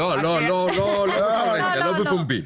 לא בפומבי.